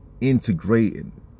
integrating